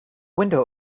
window